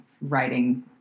writing